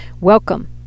Welcome